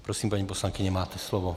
Prosím, paní poslankyně, máte slovo.